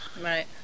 Right